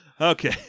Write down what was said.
okay